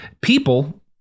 people